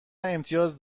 امتیاز